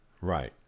Right